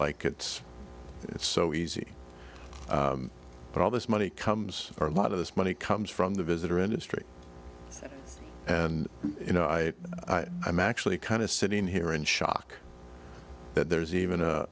like it's so easy that all this money comes or a lot of this money comes from the visitor industry and you know i i'm actually kind of sitting here in shock that there's even a